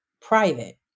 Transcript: private